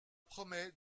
promet